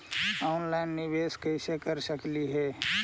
Online निबेस कैसे कर सकली हे?